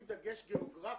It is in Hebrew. עם דגש גיאוגרפי.